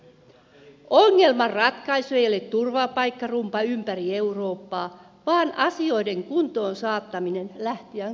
ongelman ratkaisu ei ole turvapaikkarumba ympäri eurooppaa vaan asioiden kuntoon saattaminen lähtijän kotimaassa